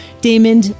Damon